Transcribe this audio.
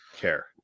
care